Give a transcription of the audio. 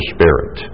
Spirit